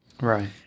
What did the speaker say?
Right